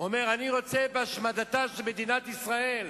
הוא אומר: אני רוצה בהשמדתה של מדינת ישראל.